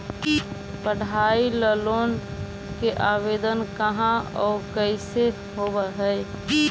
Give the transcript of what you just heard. पढाई ल लोन के आवेदन कहा औ कैसे होब है?